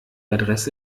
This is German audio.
adresse